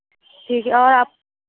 ठीक है और आप